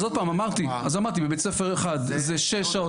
אז עוד פעם אמרתי, בית ספר אחד זה שש שעות.